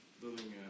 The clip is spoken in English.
building